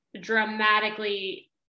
dramatically